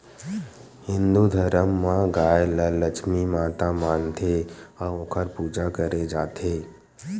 हिंदू धरम म गाय ल लक्छमी माता मानथे अउ ओखर पूजा करे जाथे